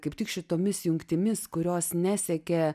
kaip tik šitomis jungtimis kurios nesiekė